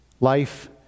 Life